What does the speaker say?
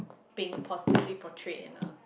being positively portrayed and a